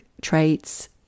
traits